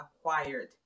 acquired